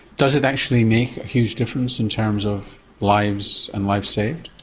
does it actually make a huge difference in terms of lives and life saved?